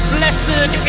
Blessed